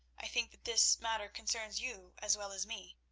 i think that this matter concerns you as well as me.